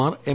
Mar M